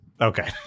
Okay